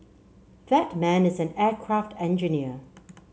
that man is an aircraft engineer